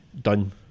done